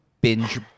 binge